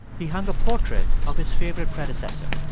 he hung a portrait of his favorite predecessor.